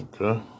Okay